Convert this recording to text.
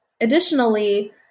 Additionally